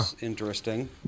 Interesting